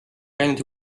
käinud